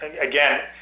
again